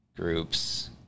groups